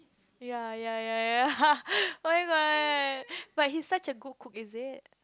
ya ya ya ya oh-my-god but he's such a good cook is it